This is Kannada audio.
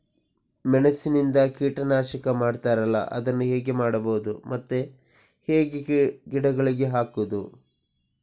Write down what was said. ಮೆಣಸಿನಿಂದ ಕೀಟನಾಶಕ ಮಾಡ್ತಾರಲ್ಲ, ಅದನ್ನು ಹೇಗೆ ಮಾಡಬಹುದು ಮತ್ತೆ ಹೇಗೆ ಗಿಡಗಳಿಗೆ ಹಾಕುವುದು?